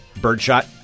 birdshot